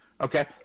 Okay